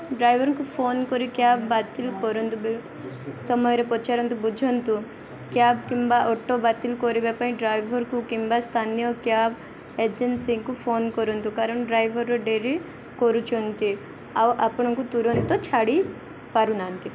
ଡ୍ରାଇଭର୍କୁ ଫୋନ୍ କରିକି କ୍ୟାବ୍ ବାତିଲ୍ କରନ୍ତୁ ସମୟରେ ପଚାରନ୍ତୁ ବୁଝନ୍ତୁ କ୍ୟାବ୍ କିମ୍ବା ଅଟୋ ବାତିଲ୍ କରିବା ପାଇଁ ଡ୍ରାଇଭର୍କୁ କିମ୍ବା ସ୍ଥାନୀୟ କ୍ୟାବ୍ ଏଜେନ୍ସିଙ୍କୁ ଫୋନ୍ କରନ୍ତୁ କାରଣ ଡ୍ରାଇଭର୍ ଡେରି କରୁଛନ୍ତି ଆଉ ଆପଣଙ୍କୁ ତୁରନ୍ତ ଛାଡ଼ି ପାରୁନାହାନ୍ତି